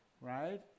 right